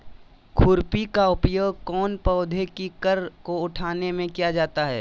खुरपी का उपयोग कौन पौधे की कर को उठाने में किया जाता है?